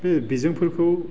बे बिजोंफोरखौ